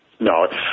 No